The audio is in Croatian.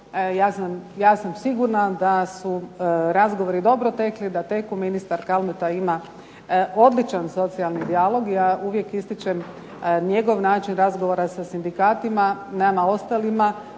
ja sam sigurna da su razgovori dobro tekli. Ministar Kalmeta ima odličan socijalni dijalog. Ja uvijek ističem njegov način razgovora sa sindikatima i nama ostalima